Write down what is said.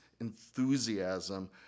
enthusiasm